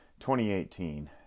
2018